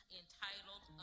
entitled